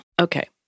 Okay